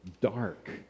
dark